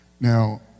Now